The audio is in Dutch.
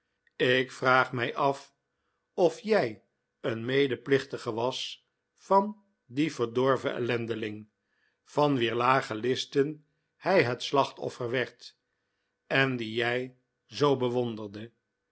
ik vraag mij af of jij een medeplichtige was van die verdorven ellendeling van wier lage listen hij het slachtoffer werd en die jij zoo bewonderde